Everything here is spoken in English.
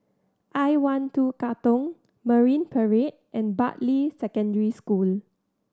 I One Two Katong Marine Parade and Bartley Secondary School